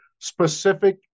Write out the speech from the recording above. specific